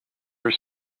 are